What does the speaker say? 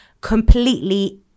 completely